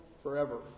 Forever